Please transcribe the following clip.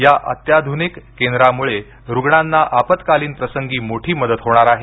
या अत्याधुनिक केंद्रमुळे रुग्णांना आपत्कालीन प्रसंगी मोठी मदत होणार आहे